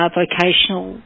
vocational